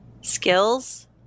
skills